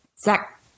Zach